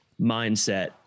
mindset